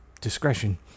discretion